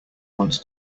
wants